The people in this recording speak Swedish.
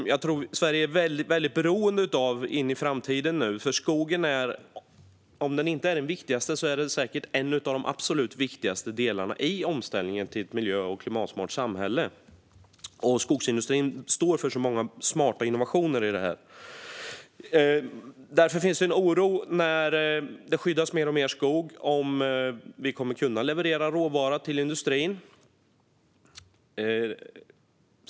Inför framtiden är Sverige väldigt beroende av sådana ambitioner. Om skogen inte är den viktigaste är den säkert en av de absolut viktigaste delarna i omställningen till ett miljövänligt och klimatsmart samhälle. Skogsindustrin står då för många smarta innovationer. Det finns därför en oro när mer och mer skog ska skyddas. Man undrar om vi kommer att kunna leverera råvara till industrin.